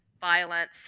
violence